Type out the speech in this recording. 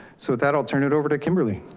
so that i'll turn it over to kimberly.